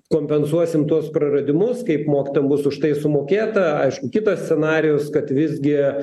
kompensuosim tuos praradimus kaip mokytojam bus už tai sumokėta aišku kitas scenarijus kad visgi